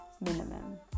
minimum